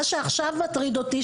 מה שעכשיו מטריד אותי,